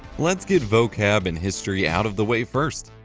let's get vocab and history out of the way first.